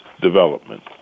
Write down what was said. development